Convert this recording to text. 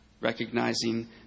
recognizing